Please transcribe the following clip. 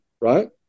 right